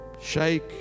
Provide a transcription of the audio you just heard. shake